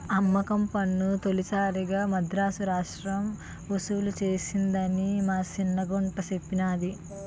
అమ్మకం పన్ను తొలిసారిగా మదరాసు రాష్ట్రం ఒసూలు సేసిందని మా సిన్న గుంట సెప్పింది